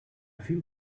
feel